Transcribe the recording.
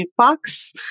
jukebox